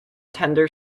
tender